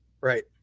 Right